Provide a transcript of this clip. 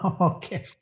okay